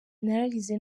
nararize